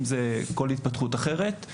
אם זה כל התפתחות אחרת.